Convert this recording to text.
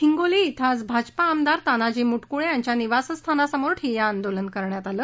हिंगोली ि आज भाजपा आमदार तानाजी मुटकुळे यांच्या निवासस्थानासमोर ठिय्या आंदोलन करण्यात आलं